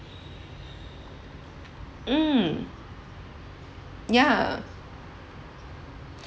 mm yeah